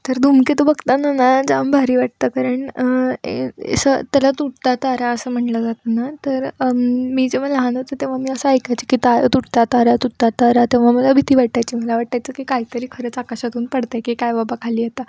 तर धूमकेतू बघताना ना जाम भारी वाटतं कारण असं त्याला तुटता तारा असं म्हणलं जात ना तर मी जेव्हा लहान होते तेव्हा मी असं ऐकायची की ता तुटता तारा तुटता तारा तेव्हा मला भीती वाटायची मला वाटायचं की काहीतरी खरंच आकाशातून पडतं आहे की काय बाबा खाली आता